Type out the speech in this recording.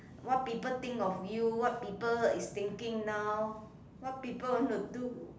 what people think of you what people is thinking now what people want to do